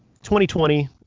2020